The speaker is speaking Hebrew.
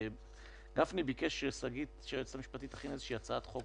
גפני ביקש שהיועצת המשפטית, שגית, תכין הצעת חוק